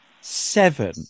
seven